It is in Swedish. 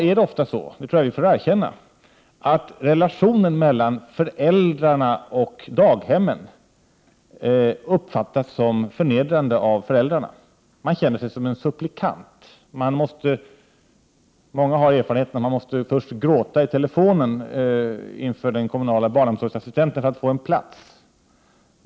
Vi får nog erkänna att relationerna i dag mellan föräldrarna och daghemspersonalen uppfattas som förnedrande av föräldrarna. Man känner sig som en supplikant. Många har den erfarenheten att man först måste gråta i telefonen inför den kommunala barnomsorgsassistenten för att få en plats.